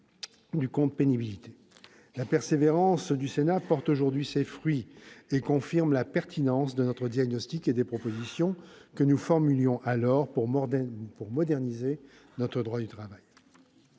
du compte pénibilité. La persévérance du Sénat porte aujourd'hui ses fruits, et confirme la pertinence de notre diagnostic et des propositions que nous formulions alors pour moderniser notre droit du travail.